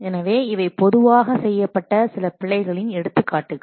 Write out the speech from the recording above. எனவே இவை பொதுவாக செய்யப்பட்ட சில பிழைகளின் எடுத்துக்காட்டுகள்